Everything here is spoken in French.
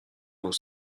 vous